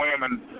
women